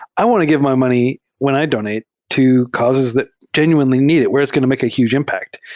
i want to give my money when i donate to causes that genuinely need it, where it's going to make a huge impact.